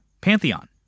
Pantheon